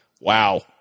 Wow